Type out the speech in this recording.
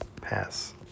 Pass